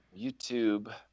YouTube